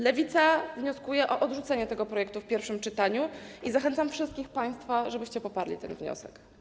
Lewica wnioskuje o odrzucenie tego projektu w pierwszym czytaniu i zachęcam wszystkich państwa, żebyście poparli ten wniosek.